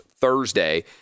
Thursday